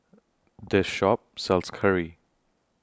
The Shop sells Curry